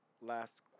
last